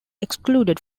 excluded